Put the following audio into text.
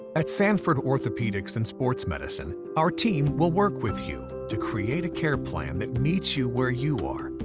at sanford orthopedics and sports medicine, our team will work with you to create a care plan that meets you were you are.